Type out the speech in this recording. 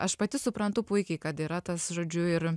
aš pati suprantu puikiai kad yra tas žodžiu ir